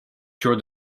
during